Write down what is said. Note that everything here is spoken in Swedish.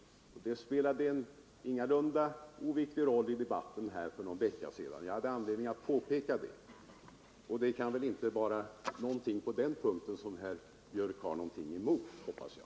Det spelade sin roll i debatten här för någon vecka sedan. Jag hade anledning att påpeka detta beträffande räkningsblanketten, och det kan väl på den punkten inte vara någonting som herr Björck i Nässjö har invändningar emot, hoppas jag.